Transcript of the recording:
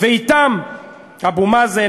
ואתם אבו מאזן,